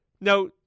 Now